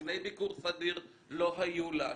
קציני ביקור סדיר לא היו לה,